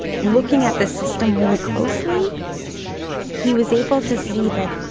looking at this system really closely he was able to see that.